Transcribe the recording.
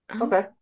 Okay